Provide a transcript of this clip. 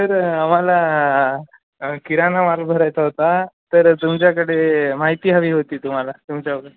sir आम्हाला किराणामाल भरायचा होता तर तुमच्याकडे माहिती हवी होती तुम्हाला तुमच्याकडून